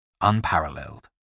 unparalleled